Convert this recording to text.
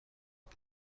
بود